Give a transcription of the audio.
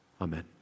Amen